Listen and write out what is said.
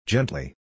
Gently